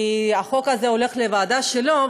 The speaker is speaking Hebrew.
כי החוק הזה הולך לוועדה שלו,